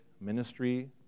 ministry